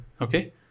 Okay